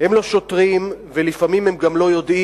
שהם לא שוטרים, ולפעמים הם גם לא יודעים.